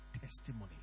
testimony